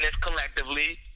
collectively